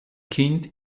kind